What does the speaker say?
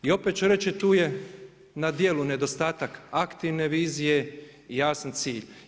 I opet ću reći tu je na djelu nedostatak aktivne vizije i jasan cilj.